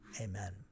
Amen